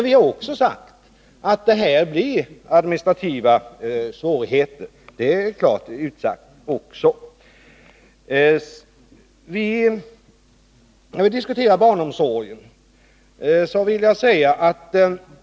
Vi har också klart uttalat att det härigenom blir administrativa svårigheter.